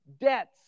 debts